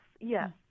Yes